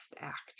act